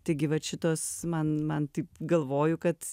taigi vat šitas man man taip galvoju kad